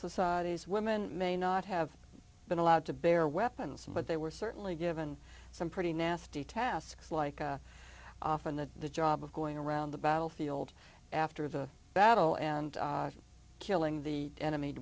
societies women may not have been allowed to bear weapons but they were certainly given some pretty nasty tasks like a often the job of going around the battlefield after the battle and killing the enemy